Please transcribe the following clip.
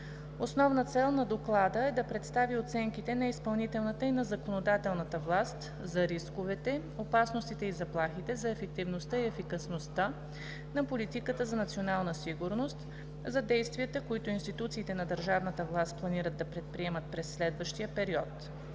Основна цел на Доклада е да представи оценките на изпълнителната и на законодателната власт за рисковете, опасностите и заплахите, за ефективността и ефикасността на политиката за национална сигурност, за действията, които институциите на държавната власт планират да предприемат през следващия период.